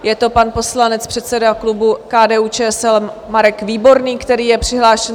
Je to pan poslanec, předseda klubu KDUČSL Marek Výborný, který je přihlášen.